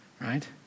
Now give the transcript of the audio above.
right